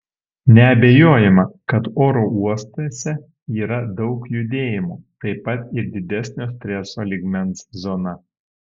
neabejojama kad oro uostuose yra daug judėjimo taip pat ir didesnio streso lygmens zona